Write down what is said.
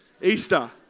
Easter